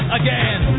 again